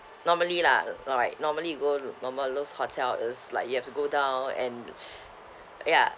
normally lah you know right normally you go normal those hotel is like you have to go down and ya